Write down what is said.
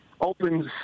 opens